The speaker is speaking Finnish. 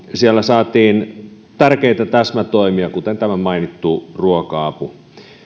siellä saatiin tärkeitä täsmätoimia kuten tämä mainittu ruoka apu